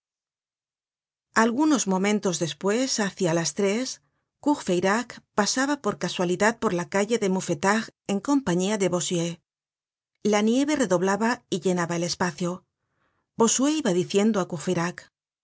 algunos momentos despues hácia las tres courfeyrac pasaba por casualidad por la calle de mouffetard en compañía de bossuet la nieve redoblaba y llenaba el espacio bossuet iba diciendo á